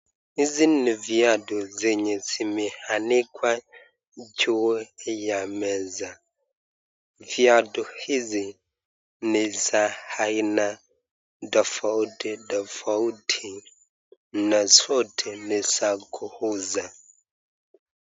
Hizi ni viatu zenye zimeanikwa juu ya meza, viatu hizi ni za aina tafauti tafauti na zote ni za kuuza.